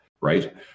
right